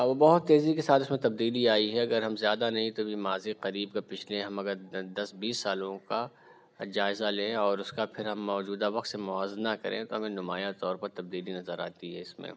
وہ بہت تیزی کے ساتھ اس میں تبدیلی آئی ہے اگر ہم زیادہ نہیں تو بھی ماضی قریب کا پچھلے ہم اگر دس بیس سالوں کا جائزہ لیں اور اس کا پھر ہم موجودہ وقت سے موازنہ کریں تو ہمیں نمایاں طور پر تبدیلی نظر آتی ہے اس میں